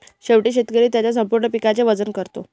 शेवटी शेतकरी त्याच्या संपूर्ण पिकाचे वजन करतो